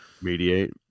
Mediate